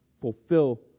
Fulfill